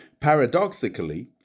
Paradoxically